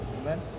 Amen